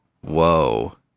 Whoa